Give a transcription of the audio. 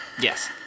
Yes